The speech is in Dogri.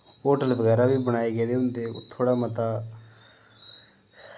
होटल बगैरा बी बनाए गेदे होंदे थोह्ड़ा मता